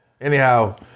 Anyhow